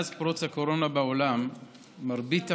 מאז פרוץ הקורונה בעולם מרבית המדינות,